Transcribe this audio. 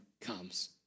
comes